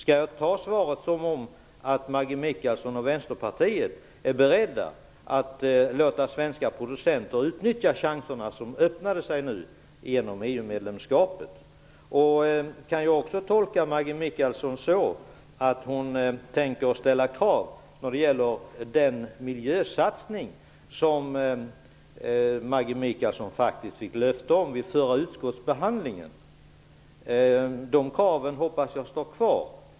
Jag jag tolka det som att Maggi Mikaelsson och Vänsterpartiet är beredda att låta svenska producenter utnyttja de chanser som nu öppnat sig genom EU-medlemskapet? Kan jag också tolka Maggi Mikaelsson så, att hon tänker ställa krav när det gäller den miljösatsning som Maggi Mikaelsson faktiskt fick löfte om vid förra utskottsbehandlingen? De kraven hoppas jag står krav.